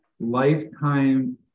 lifetime